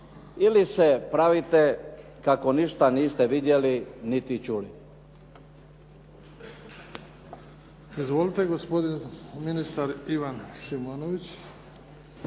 ili se pravite kako ništa niste vidjeli niti čuli? **Bebić, Luka (HDZ)** Izvolite gospodin ministar Ivan Šimonović.